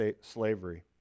slavery